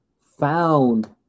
found